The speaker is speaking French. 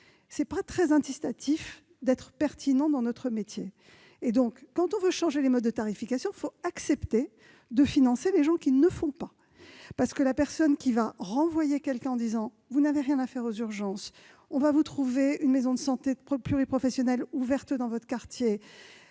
Ce n'est pas très incitatif d'être pertinent dans notre métier. Quand on veut changer les modes de tarification, il faut donc accepter de financer ceux qui ne font pas, parce que, pour la personne qui va renvoyer quelqu'un en disant « vous n'avez rien à faire aux urgences, on va vous trouver une maison de santé pluriprofessionnelle ouverte dans votre quartier »,